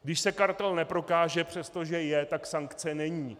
Když se kartel neprokáže, přestože je, tak sankce není.